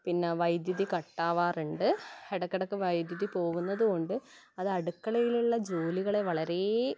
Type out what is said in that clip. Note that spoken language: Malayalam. പിന്നെ വൈദ്യുതി കട്ടാവാറുണ്ട് ഇടക്കിടക്ക് വൈദ്യുതി പോവുന്നത് കൊണ്ട് അത് അടുക്കളയിലുള്ള ജോലികളെ വളരെ